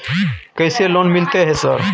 कैसे लोन मिलते है सर?